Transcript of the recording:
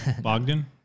Bogdan